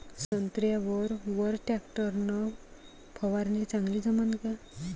संत्र्यावर वर टॅक्टर न फवारनी चांगली जमन का?